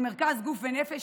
מרכז גוף נפש,